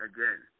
Again